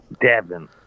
Devin